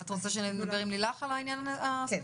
את רוצה שנדבר עם לילך על העניין הספציפי?